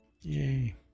yay